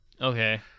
Okay